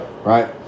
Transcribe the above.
Right